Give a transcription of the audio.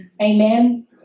Amen